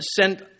sent